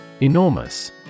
Enormous